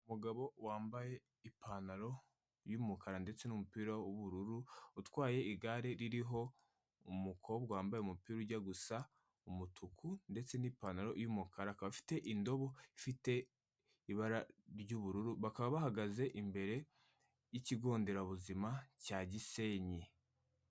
Umugabo wambaye ipantaro y'umukara ndetse n'umupira w'ubururu, utwaye igare ririho umukobwa wambaye umupira ujya gusa umutuku ndetse n'ipantaro y'umukara, akaba afite indobo ifite ibara ry'ubururu bakaba bahagaze imbere y'ikigo nderabuzima cya Gisenyi.